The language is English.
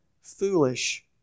foolish